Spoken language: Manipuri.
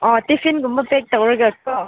ꯑꯥ ꯇꯤꯐꯤꯟꯒꯨꯝꯕ ꯄꯦꯛ ꯇꯧꯔꯒꯀꯣ